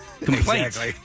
complaint